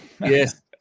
yes